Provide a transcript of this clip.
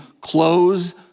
close